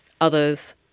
Others